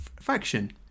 faction